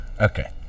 Okay